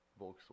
Volkswagen